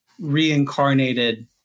reincarnated